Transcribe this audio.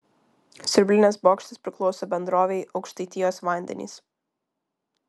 siurblinės bokštas priklauso bendrovei aukštaitijos vandenys